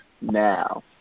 now